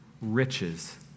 riches